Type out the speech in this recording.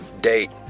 Date